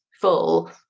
full